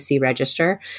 register